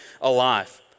alive